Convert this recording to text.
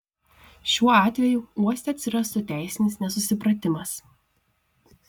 šiuo atveju uoste atsirastų teisinis nesusipratimas